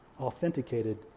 authenticated